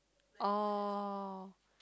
orh